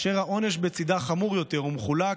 והעונש בצידה חמור יותר ומחולק,